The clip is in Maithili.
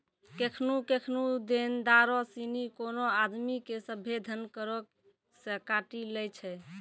केखनु केखनु देनदारो सिनी कोनो आदमी के सभ्भे धन करो से काटी लै छै